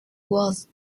was